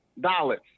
dollars